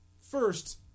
First